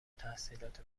تحصیلات